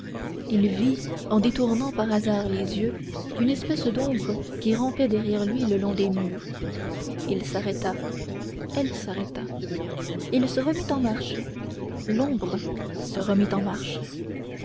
il vit en détournant par hasard les yeux une espèce d'ombre qui rampait derrière lui le long des murs il s'arrêta elle s'arrêta il se remit en marche l'ombre se remit en marche